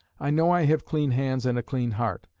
i know i have clean hands and a clean heart,